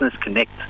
Connect